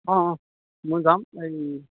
অঁ অঁ মই যাম এই